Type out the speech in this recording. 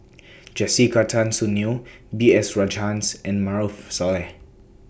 Jessica Tan Soon Neo B S Rajhans and Maarof Salleh